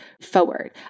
forward